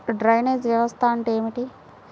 Drainage వ్యవస్థ అంటే ఏమిటి?